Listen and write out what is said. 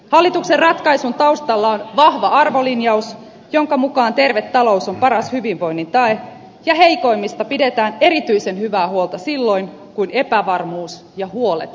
hallituksen ratkaisun taustalla on vahva arvolinjaus jonka mukaan terve talous on paras hyvinvoinnin tae ja heikoimmista pidetään erityisen hyvää huolta silloin kun epävarmuus ja huolet painavat eniten